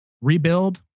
rebuild